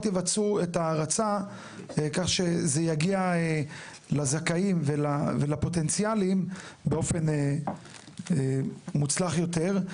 יבצעו את ההרצה ככה שזה יגיע לזכאים ולפוטנציאלים באופן מוצלח יותר.